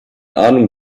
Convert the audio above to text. ahnung